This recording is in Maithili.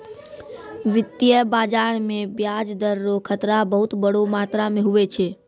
वित्तीय बाजार मे ब्याज दर रो खतरा बहुत बड़ो मात्रा मे हुवै छै